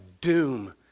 doom